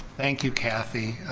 thank you kathy,